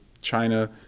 China